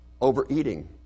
overeating